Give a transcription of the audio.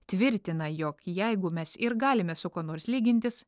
tvirtina jog jeigu mes ir galime su kuo nors lygintis